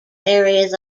areas